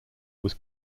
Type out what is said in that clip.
was